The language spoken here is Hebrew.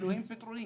לאלוקים פתרונים.